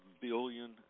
billion